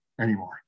anymore